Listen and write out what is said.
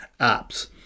apps